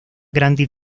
grandi